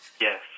Yes